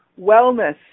wellness